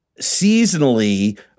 seasonally